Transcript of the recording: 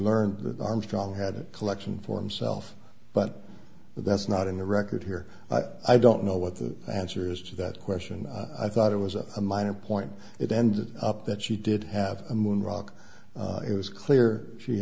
that armstrong had a collection for him self but that's not in the record here i don't know what the answer is to that question i thought it was a minor point it ended up that she did have a moon rock it was clear she